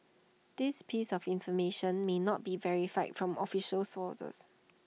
this piece of information may not be verified from official sources